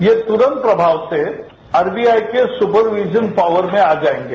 ये तुरंत प्रभाव से आरबीआईके सुपरवीजन पॉवर में आ जाएंगे